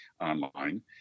online